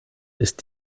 ist